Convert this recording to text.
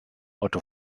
otto